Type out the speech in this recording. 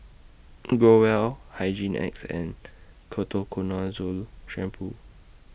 Growell Hygin X and Ketoconazole Shampoo